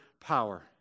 power